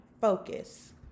focus